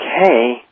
okay